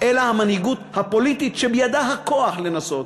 אלא המנהיגות הפוליטית שבידה הכוח לנסות.